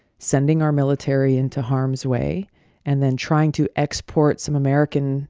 sending our military into harm's way and then trying to export some american